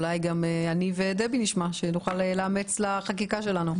אולי גם דבי ואני נשמע ונוכל לאמץ לחקיקה שלנו.